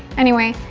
anyway,